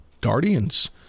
Guardians